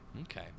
Okay